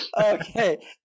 okay